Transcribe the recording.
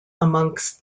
amongst